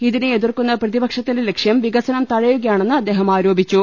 ഇതിനെ എതിർക്കുന്ന പ്രതിപക്ഷത്തിന്റെ ലക്ഷ്യം വികസനം തടയുകയാണെന്ന് അദ്ദേഹം ആരോപിച്ചു